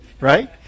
Right